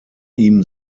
ihm